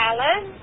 Alan